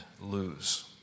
lose